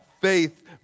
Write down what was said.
faith